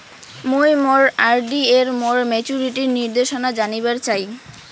মুই মোর আর.ডি এর মোর মেচুরিটির নির্দেশনা জানিবার চাই